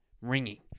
ringing